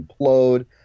implode